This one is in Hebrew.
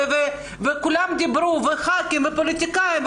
וכולם דיברו ח"כים ופוליטיקאים,